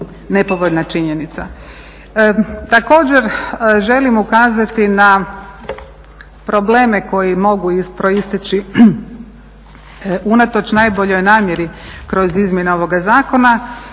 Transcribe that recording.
Također želim ukazati na probleme koji mogu proisteći unatoč najboljoj namjeri kroz izmjene ovoga zakona